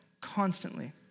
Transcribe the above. Constantly